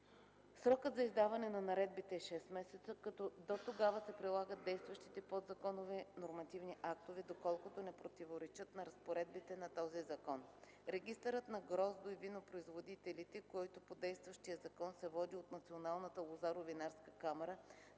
Срокът за издаване на наредбите е 6 месеца, като до тогава се прилагат действащите подзаконови нормативни актове, доколкото не противоречат на разпоредбите на този закон. Регистърът на гроздо- и винопроизводителите, който по действащия закон се води от Националната лозаро-винарска камара,